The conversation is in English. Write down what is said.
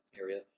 area